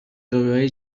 داروهای